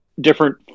different